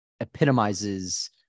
epitomizes